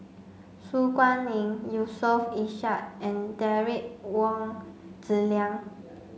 Su Guaning Yusof Ishak and Derek Wong Zi Liang